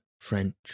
French